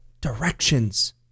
directions